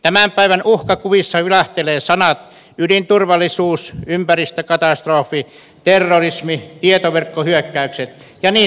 tämän päivän uhkakuvissa vilahtelevat sanat ydinturvallisuus ympäristökatastrofi terrorismi tietoverkkohyökkäykset ja niin edelleen